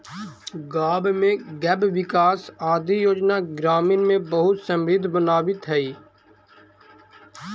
गाँव में गव्यविकास आदि योजना ग्रामीण के बहुत समृद्ध बनावित हइ